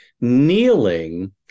Kneeling